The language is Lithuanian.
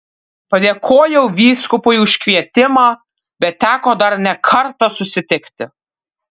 padėkojau vyskupui už kvietimą bet teko dar ne kartą susitikti